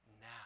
now